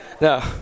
No